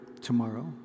tomorrow